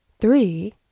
three